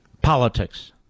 Politics